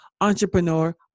Entrepreneur